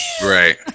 Right